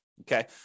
Okay